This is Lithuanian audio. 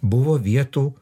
buvo vietų